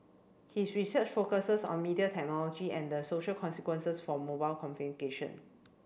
his research focuses on media technology and the social consequences for mobile